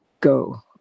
go